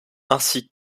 ainsi